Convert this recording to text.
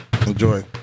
Enjoy